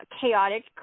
Chaotic